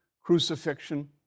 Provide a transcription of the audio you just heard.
crucifixion